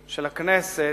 של הכנסת,